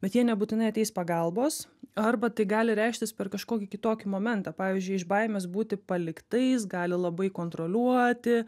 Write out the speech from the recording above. bet jie nebūtinai ateis pagalbos arba tai gali reikštis per kažkokį kitokį momentą pavyzdžiui iš baimės būti paliktais gali labai kontroliuoti